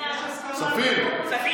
כספים?